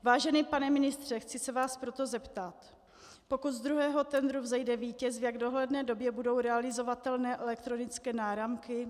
Vážený pane ministře, chci se vás proto zeptat: Pokud z druhého tendru vzejde vítěz, v jak dohledné době budou realizovatelné elektronické náramky?